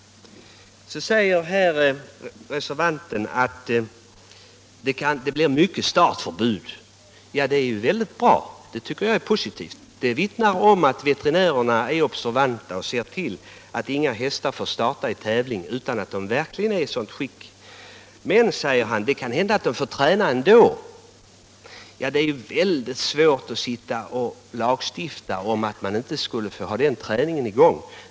Reservanten säger att det ofta blir startförbud för hästar. Det tycker jag är positivt, det vittnar om att veterinärerna är observanta och ser till att inga hästar får starta i en tävling om de inte är i fullgott skick. Men, säger reservanten, det kan hända att dessa hästar får träna ändå. Ja, det är väldigt svårt att lagstifta om att träning inte skall få förekomma.